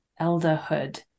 elderhood